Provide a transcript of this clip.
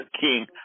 King